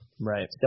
Right